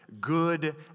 good